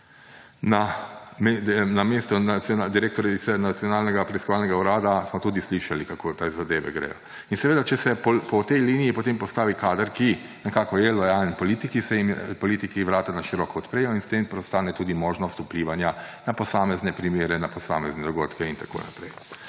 Na mesto direktorice Nacionalnega preiskovalnega urada, smo tudi slišali, kako te zadeve gredo. In seveda če se potem po tej liniji postavi kader, ki nekako je lojalen politiki, se politiki vrata na široko odprejo in s tem preostane tudi možnost vplivanja na posamezne primere, na posamezne dogodke in tako naprej.